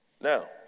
Now